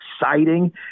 exciting